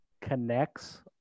connects